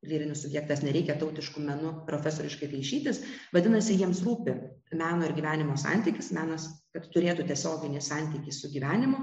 lyrinis subjektas nereikia tautišku menu profesoriškai laižytis vadinasi jiems rūpi meno ir gyvenimo santykis menas kad turėtų tiesioginį santykį su gyvenimu